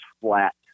flat